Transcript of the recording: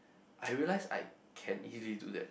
I realise I can easily do that